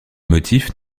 motifs